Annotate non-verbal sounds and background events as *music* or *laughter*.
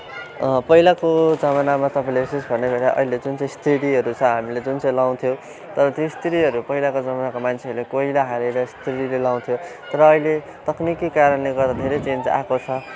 पहिलाको जमानामा तपाईँले *unintelligible* अहिले जुन चाहिँ स्त्रीहरू छ हामीले जुन चाहिँ लाउँथ्यौँ तर त्यो स्त्रीहरू पहिलाको जमानाको मान्छेहरूले कोइला हालेर स्त्रीहरू लाउँथ्यो तर अहिले तक्निकी कारणले गर्दा धेरै चेन्ज आएको छ